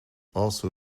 also